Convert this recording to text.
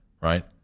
right